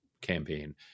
campaign